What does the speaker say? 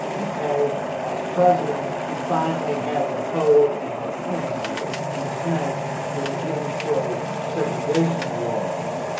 okay? as president he finally had the hoe in his hand and the snake was the jim crow segregation laws.